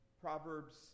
Proverbs